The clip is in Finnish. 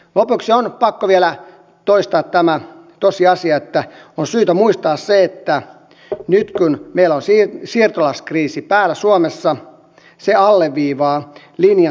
lopuksi on pakko vielä toistaa tämä tosiasia että on syytä muistaa se että nyt kun meillä on siirtolaiskriisi päällä suomessa se alleviivaa linjan tiukennusten tärkeyttä